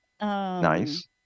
nice